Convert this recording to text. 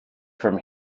from